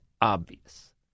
obvious